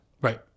Right